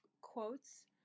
quotes